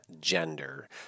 gender